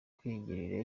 kwigirira